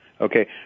Okay